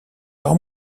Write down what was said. par